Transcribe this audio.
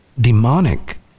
demonic